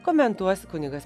komentuos kunigas